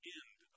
end